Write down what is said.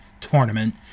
Tournament